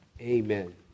amen